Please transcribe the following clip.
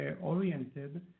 oriented